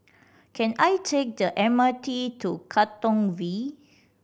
can I take the M R T to Katong V